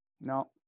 No